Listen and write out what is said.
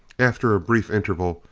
after a brief interval,